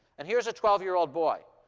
and here's a twelve year old boy.